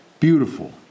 Beautiful